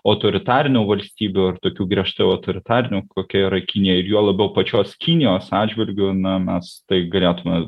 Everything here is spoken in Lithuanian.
autoritarinių valstybių ir tokių griežtai autoritarinių kokia yra kinija ir juo labiau pačios kinijos atžvilgiu na mes tai galėtume